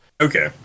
Okay